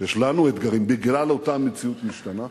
שיש לנו אתגרים, בגלל אותה מציאות משתנה.